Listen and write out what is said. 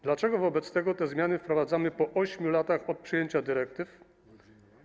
Dlaczego wobec tego te zmiany wprowadzamy po 8 latach od przyjęcia dyrektywy?